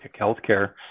healthcare